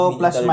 plus